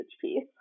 piece